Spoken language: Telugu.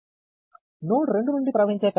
నోడ్ 2 నుండి ప్రవహించే కరెంట్ G